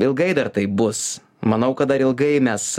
ilgai dar taip bus manau kad dar ilgai mes